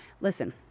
Listen